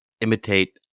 imitate